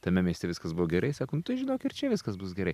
tame mieste viskas buvo gerai sako nu tai žinok ir čia viskas bus gerai